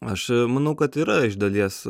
aš manau kad yra iš dalies